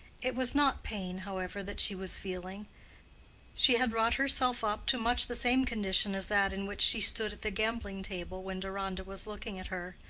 it was not pain, however, that she was feeling she had wrought herself up to much the same condition as that in which she stood at the gambling-table when deronda was looking at her,